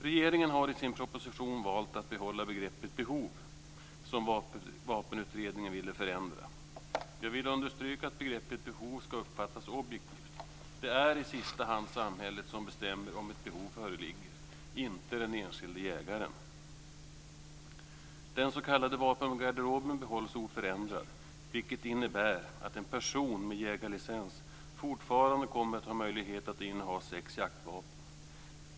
Regeringen har i sin proposition valt att behålla begreppet behov, som Vapenutredningen ville förändra. Jag vill understryka att begreppet behov ska uppfattas objektivt. Det är i sista hand samhället som bestämmer om ett behov föreligger, inte den enskilde jägaren. Den s.k. vapengarderoben behålls oförändrad, vilket innebär att en person med jägarlicens fortfarande har möjlighet att inneha sex jaktvapen.